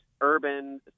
urban